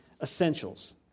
essentials